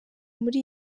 muri